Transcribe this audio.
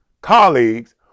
colleagues